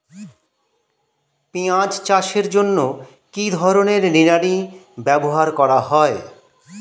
পিঁয়াজ চাষের জন্য কি ধরনের নিড়ানি ব্যবহার করা হয়?